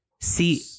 See